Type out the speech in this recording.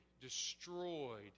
destroyed